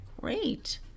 Great